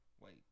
wait